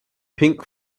pink